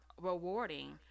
rewarding